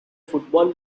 football